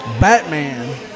Batman